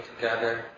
together